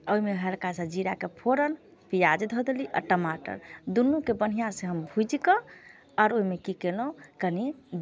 ओहिमे हल्का सा जीराके फोरन पियाज धऽ देली आ टमाटर दुनूके बढ़िआँ से हम भुजिकऽ आओरो ओहिमे की कयलहुँ कनि